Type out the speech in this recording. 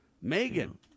Megan